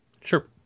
Sure